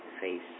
face